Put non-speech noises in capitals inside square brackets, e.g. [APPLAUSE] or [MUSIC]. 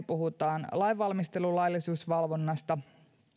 [UNINTELLIGIBLE] puhutaan lainvalmistelun laillisuusvalvonnasta